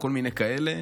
או כל מיני כאלה,